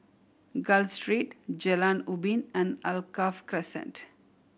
Gul Street Jalan Ubin and Alkaff Crescent